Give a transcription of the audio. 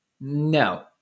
no